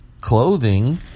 clothing